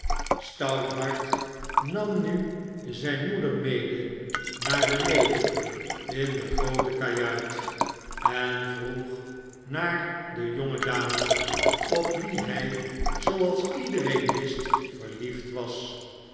stouthart nam nu zjjn moeder mede naar beneden in de groote kajuit en vroeg naar de jonge dame op wie hij zooals iedereen wist verliefd was